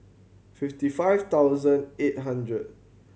fifty five thousand eight hundred